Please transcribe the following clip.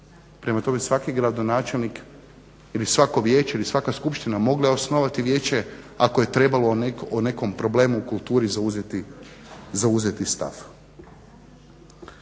Prema tome svaki gradonačelnik ili svako vijeće ili svaka skupština mogla osnovati vijeće ako je trebalo o nekom problemu u kulturi zauzeti stav.